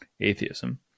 atheism